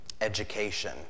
education